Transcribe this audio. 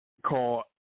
Call